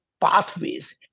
pathways